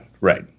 right